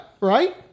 right